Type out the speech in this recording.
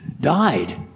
died